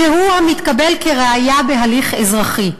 שהוא המתקבל כראיה בהליך אזרחי.